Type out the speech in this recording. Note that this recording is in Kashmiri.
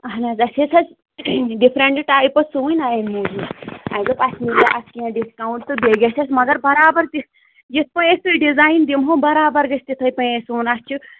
اَہَن حظ اَسہِ ٲسۍ حظ ڈِفرنٹہٕ ٹایپٕس سُوٕنۍ نا اَمہِ موٗجوٗب اَسہِ دوٚپ اَسہِ میلا اَتہِ کیٚنٛہہ ڈِسکاوُنٛٹ تہٕ بیٚیہِ گَژھِ اَسہِ مگر بَرابر تِتھٕ یِتھٕ پٲٹھۍ أسۍ سُہ ڈِزاین دِمہو بَرابر گَژھِ تِتھٕے پٲٹھۍ سُوُن اَسہِ چھُ